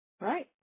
Right